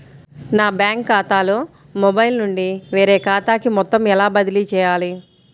నా బ్యాంక్ ఖాతాలో మొబైల్ నుండి వేరే ఖాతాకి మొత్తం ఎలా బదిలీ చేయాలి?